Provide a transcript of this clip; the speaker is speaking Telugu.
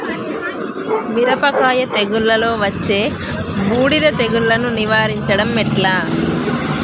మిరపకాయ తెగుళ్లలో వచ్చే బూడిది తెగుళ్లను నివారించడం ఎట్లా?